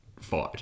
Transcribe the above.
fight